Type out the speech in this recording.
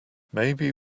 maybe